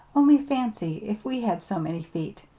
only fancy if we had so many feet.